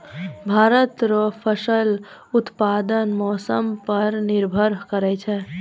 भारत रो फसल उत्पादन मौसम पर निर्भर करै छै